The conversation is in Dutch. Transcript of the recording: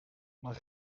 maar